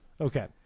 Okay